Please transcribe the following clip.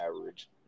average